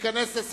35